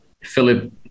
Philip